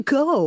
go